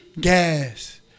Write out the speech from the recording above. Gas